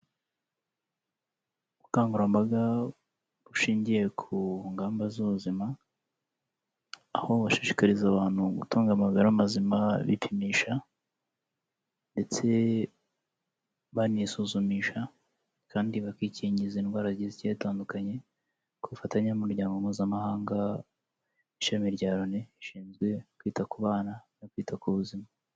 Ubukangurambaga bushingiye ku ngamba z'ubuzima, aho bashishikariza abantu gutunga amagara mazima bipinisha ndetse banisuzumisha, kandi bakikingiza indwara zigiye zitandukanye ku bufatanye n'umuryango mpuzamahanga ishami rya L'ONU rishinzwe kwita ku bana no kwita ku buzima.